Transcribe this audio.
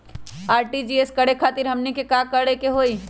RTGS करे खातीर हमनी के का करे के हो ई?